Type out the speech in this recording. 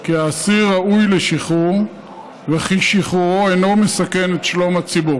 כי האסיר ראוי לשחרור וכי שחרורו אינו מסכן את שלום הציבור.